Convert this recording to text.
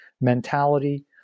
mentality